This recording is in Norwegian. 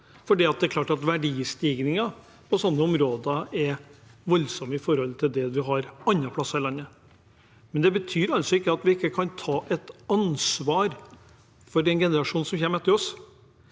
for det er klart at verdistigningen i slike områder er voldsom i forhold til det en har andre plasser i landet. Men det betyr altså ikke at vi ikke kan ta et ansvar for den generasjonen som kommer etter oss.